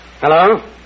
Hello